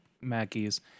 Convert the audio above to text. Mackey's